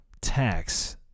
tax